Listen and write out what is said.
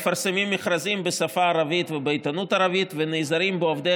מפרסמים מכרזים בשפה הערבית ובעיתונות הערבית ונעזרים בעובדי